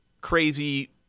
crazy